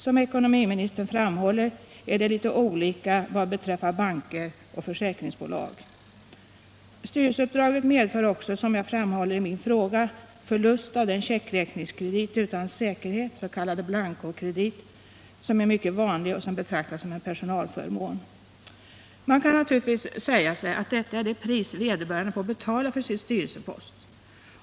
Som ekonomiministern framhåller är det litet olika vad beträffar banker och försäkringsbolag. Styrelseuppdraget medför också, som jag framhåller i min fråga, förlust av den checkräkningskredit utan säkerhet —s.k. blancokredit — som är mycket vanlig och som betraktas som en personalförmån. Man kan naturligtvis säga sig att detta är det pris vederbörande får betala för sin styrelsepost.